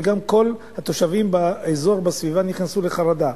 וגם כל התושבים באזור נכנסו לחרדה,